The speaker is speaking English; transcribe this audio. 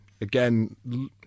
again